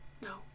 no